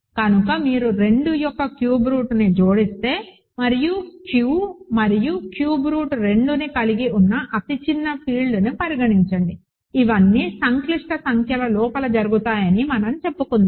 కనుక మీరు 2 యొక్క క్యూబ్ రూట్ని జోడిస్తే మరియు Q మరియు క్యూబ్ రూట్ 2ని కలిగి ఉన్న అతి చిన్న ఫీల్డ్ను పరిగణించండి ఇవన్నీ సంక్లిష్ట సంఖ్యల లోపల జరుగుతున్నాయని మనం చెప్పుకుందాం